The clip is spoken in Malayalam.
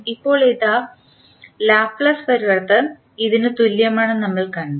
ഇപ്പോൾ ഇതിൻറെ ലാപ്ലേസ് പരിവർത്തനം ഇതിന് തുല്യമാണെന്ന് നമ്മൾ കണ്ടു